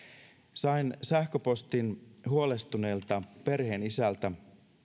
sain sähköpostin huolestuneelta perheenisältä